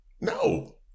No